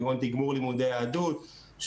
כגון תגבור לימודי יהדות,